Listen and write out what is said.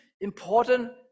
important